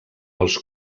els